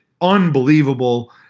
unbelievable